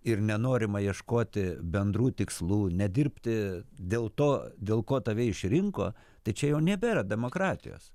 ir nenorima ieškoti bendrų tikslų nedirbti dėl to dėl ko tave išrinko tai čia jau nebėra demokratijos